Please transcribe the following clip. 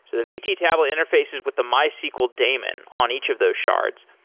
so the vt table interfaces with the mysql daemon on each of those shards,